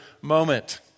moment